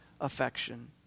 affection